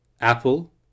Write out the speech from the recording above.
apple